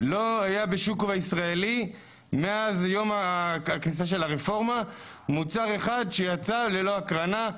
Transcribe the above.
לא היה בשוק הישראלי מאז כניסת הרפורמה מוצר אחד שיצא ללא הקרנה.